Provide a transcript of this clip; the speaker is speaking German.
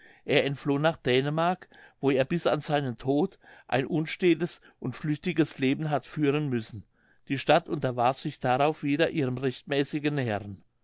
er entfloh nach dänemark wo er bis an seinen tod ein unstätes und flüchtiges leben hat führen müssen die stadt unterwarf sich darauf wieder ihrem rechtmäßigen herrn